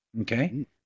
okay